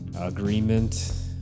agreement